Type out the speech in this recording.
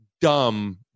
dumb